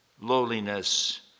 lowliness